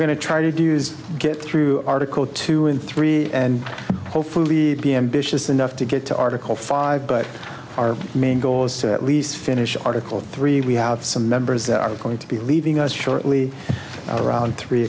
to try to do is get through article two and three and hopefully be ambitious enough to get to article five but our main goal is to at least finish article three we have some members that are going to be leaving us shortly around three